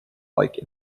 like